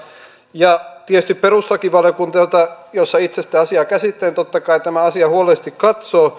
ja perustuslakivaliokunta jossa itse sitä asiaa käsittelen totta kai tämän asian huolellisesti katsoo